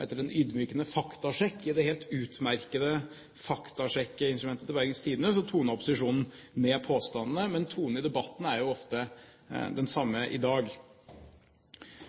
Etter en ydmykende faktasjekk i det helt utmerkede faktasjekkinstrumentet til Bergens Tidende tonet opposisjonen ned påstandene, men tonen i debatten er ofte den